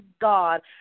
God